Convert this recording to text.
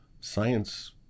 Science